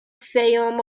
fayoum